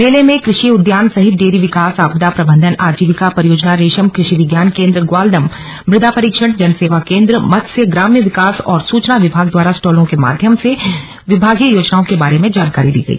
मेले में कृषि उद्यान सहित डेरी विकास आपदा प्रबन्धन आजीविका परियोजना रेशम कृषि विज्ञान केन्द्र ग्वालदम मृदा परीक्षण जनसेवा केन्द्र मत्स्य ग्राम्य विकास और सूचना विभाग द्वारा स्टॉलों के माध्यम से विभागीय योजनाओं के बारे में जानकारी दी गई